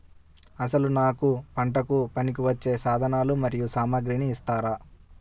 అసలు నాకు పంటకు పనికివచ్చే సాధనాలు మరియు సామగ్రిని ఇస్తారా?